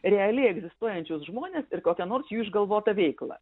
realiai egzistuojančius žmones ir kokią nors jų išgalvotą veiklą